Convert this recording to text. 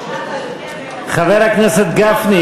חבר הכנסת גפני,